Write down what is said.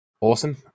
awesome